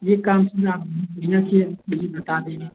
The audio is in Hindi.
ये काम बिना कीये मुझे बता दिएं